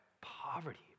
poverty